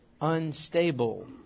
unstable